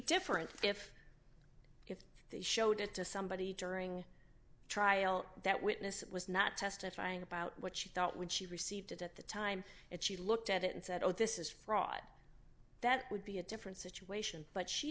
different if if they showed it to somebody during the trial that witness it was not testifying about what she thought when she received it at the time and she looked at it and said oh this is fraud that would be a different situation but she